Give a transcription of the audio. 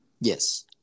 Yes